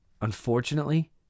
Unfortunately